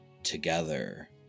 together